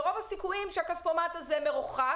והכספומט הזה מרוחק